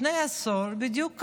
לפני עשור זה בדיוק קרה.